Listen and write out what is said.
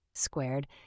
Squared